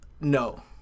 No